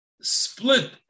split